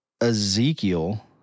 Ezekiel